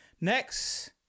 Next